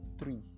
Three